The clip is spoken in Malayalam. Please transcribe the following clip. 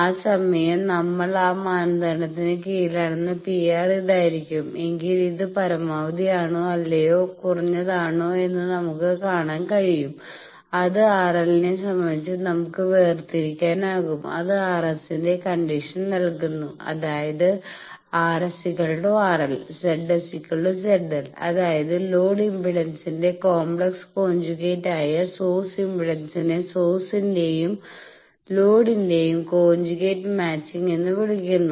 ആ സമയം നമ്മൾ ആ മാനദണ്ഡത്തിന് കീഴിലാണെങ്കിൽ PR ഇതായിരിക്കും എങ്കിൽ ഇത് പരമാവധി ആണോ അല്ലെങ്കിൽ കുറഞ്ഞതാണോ എന്ന് നമുക്ക് കാണാൻ കഴിയും അത് RL നെ സംബന്ധിച്ച് നമുക്ക് വേർതിരിക്കാനാകും അത് RS ന്റെ കണ്ടിഷൻ നൽകുന്നു അതായത് RS RL ZSZL അതായത് ലോഡ് ഇംപെഡൻസിന്റെ കോംപ്ലക്സ് കൊഞ്ചുഗേറ്റ് ആയ സോഴ്സ് ഇംപെഡൻസിനെ സോഴ്സിന്റെയും ലോഡിന്റെയും കൊഞ്ചുഗേറ്റ് മാച്ചിങ് എന്ന് വിളിക്കുന്നു